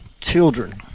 children